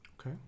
Okay